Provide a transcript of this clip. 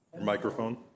Microphone